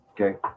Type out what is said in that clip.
Okay